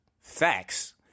Facts